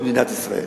במדינת ישראל.